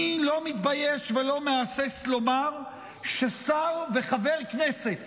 אני לא מתבייש ולא מהסס לומר ששר וחבר כנסת